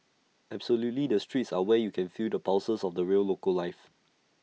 absolutely the streets are where you can feel the pulses of the real local life